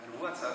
גנבו הצעת חוק?